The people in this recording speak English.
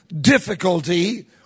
difficulty